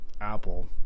Apple